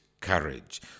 courage